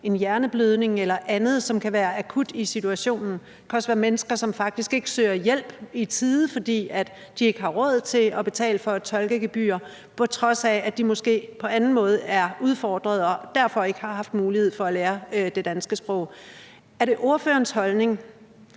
en hjerneblødning eller andet, som kan være akut i situationen. Der kan også være mennesker, som faktisk ikke søger hjælp i tide, fordi de ikke har råd til at betale et tolkegebyr, på trods af at de måske på anden måde er udfordret og derfor ikke har haft mulighed for at lære det danske sprog. Er det ordførerens holdning,